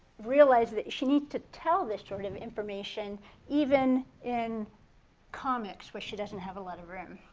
realize that she needs to tell this sort of information even in comics where she doesn't have a lot of room.